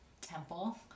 temple